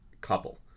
couple